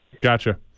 Gotcha